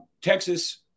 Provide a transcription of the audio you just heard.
Texas